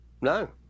No